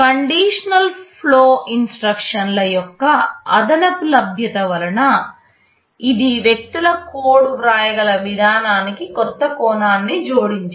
conditional flow ఇన్స్ట్రక్షన్లుయొక్క అదనపు లభ్యత వలన ఇది వ్యక్తులు కోడ్ వ్రాయగల విధానానికి కొత్త కోణాన్ని జోడించింది